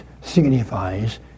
signifies